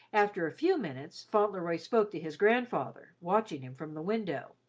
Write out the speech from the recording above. after a few minutes, fauntleroy spoke to his grandfather, watching him from the window